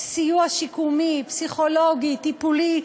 סיוע שיקומי, פסיכולוגי, טיפולי.